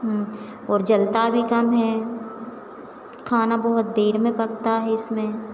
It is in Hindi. हाँ और जलता भी कम है खाना बहुत देर में पकता है इसमें